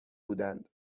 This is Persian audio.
بودند